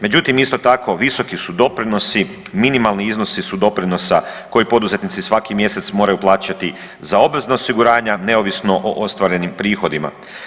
Međutim isto tako visoki su doprinosi, minimalni iznosi su doprinosa koji poduzetnici svaki mjesec moraju plaćati za obvezna osiguranja neovisno o ostvarenim prihodima.